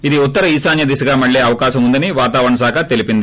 ఇది ఉత్తర ఈశాన్ని విశ్విగా మళ్లే అవకాశం ఉందని వాతావరణ శాఖ తెలిపింది